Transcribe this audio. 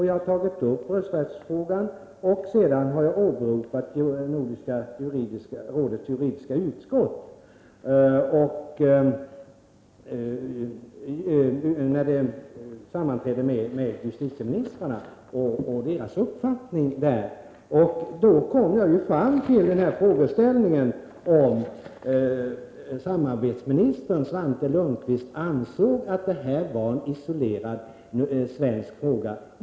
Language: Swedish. Jag har tagit upp rösträttsfrågan och åberopat Nordiska rådets juridiska utskotts sammanträde med justitieministrarna och deras uppfattningar. Jag kom då fram till frågeställningen om samarbetsministern Svante Lundkvist ansåg att detta var en isolerad svensk angelägenhet.